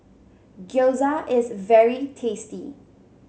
Gyoza is very tasty